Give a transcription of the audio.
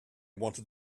want